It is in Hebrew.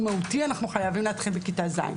מהותי אנחנו חייבים להתחיל בכיתה ז'.